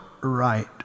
right